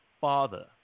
Father